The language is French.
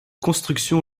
construction